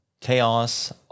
Chaos